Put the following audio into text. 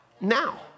now